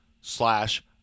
slash